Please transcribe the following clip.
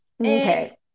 okay